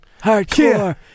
hardcore